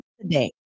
today